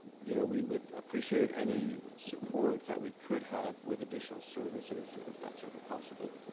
you know we would appreciate any support that we could have with additional services if that's ever possible